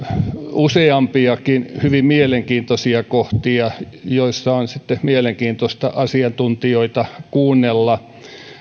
useampiakin hyvin mielenkiintoisia kohtia joissa on sitten mielenkiintoista asiantuntijoita kuunnella